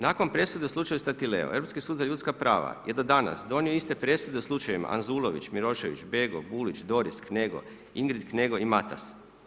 Nakon presude u slučaju STatileo Europski sud za ljudska prava je do danas donio iste presude u slučajevima Anzulović, Milošević, BEgo, Bulić, Doris, Knego, Ingrid Knego i Matas.